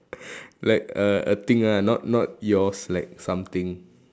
like a a thing ah not not yours like something